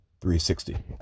360